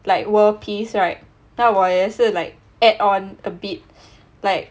like world peace right 但我也是 like add on a bit like